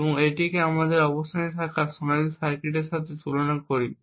এবং এটিকে আমাদের অবস্থানে থাকা সোনালী সার্কিটের সাথে তুলনা করি